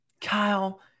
Kyle